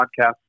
podcast